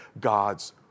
God's